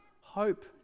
hope